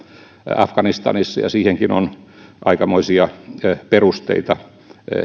afganistanissa ja siihenkin on aikamoisia perusteita